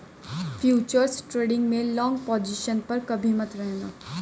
futures trading में long position पर कभी मत रहना